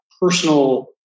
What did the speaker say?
personal